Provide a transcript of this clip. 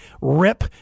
Rip